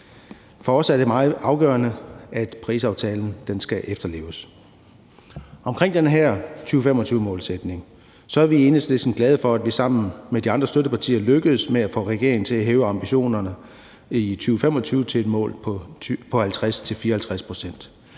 For os er det meget afgørende, at Parisaftalen skal efterleves. Omkring den her 2025-målsætning er vi i Enhedslisten glade for, at vi sammen med de andre støttepartier er lykkedes med at få regeringen til at hæve ambitionerne i 2025 til et mål på 50-54